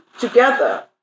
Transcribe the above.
together